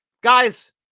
Guys